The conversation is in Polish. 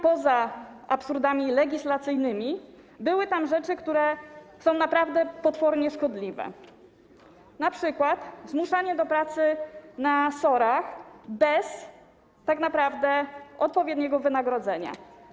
Poza absurdami legislacyjnymi były tam rzeczy, które są naprawdę potwornie szkodliwe, np. zmuszanie do pracy na SOR-ach bez odpowiedniego wynagrodzenia.